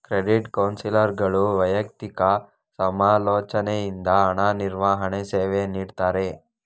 credit ಕೌನ್ಸಿಲರ್ಗಳು ವೈಯಕ್ತಿಕ ಸಮಾಲೋಚನೆಯಿಂದ ಹಣ ನಿರ್ವಹಣೆ ಸೇವೆ ನೀಡ್ತಾರೆ